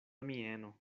mieno